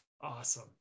Awesome